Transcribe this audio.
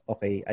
Okay